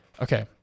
Okay